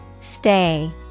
Stay